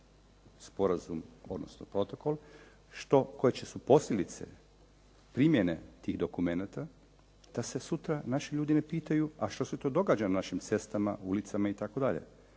sporazum, odnosno protokol, koje su posljedice, primjene tih dokumenata da se sutra naši ljudi ne pitaju a što se to događa na našim cestama, ulicama itd. To je